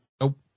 Nope